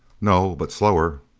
no. but slower.